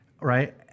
right